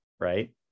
Right